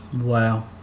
Wow